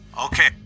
Okay